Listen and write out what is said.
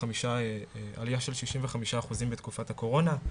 עלייה של 65 אחוזים בתקופת הקורונה.